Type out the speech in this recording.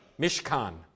mishkan